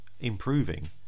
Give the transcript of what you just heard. improving